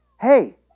Hey